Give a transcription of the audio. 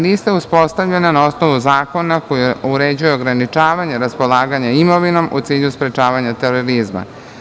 Lista je uspostavljena na osnovu zakona koji uređuje ograničavanje raspolaganja imovinom u cilju sprečavanja terorizma.